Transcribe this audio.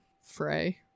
fray